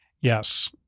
Yes